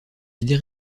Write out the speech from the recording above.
idées